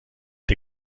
der